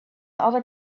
other